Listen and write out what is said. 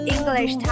English